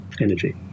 energy